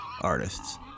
artists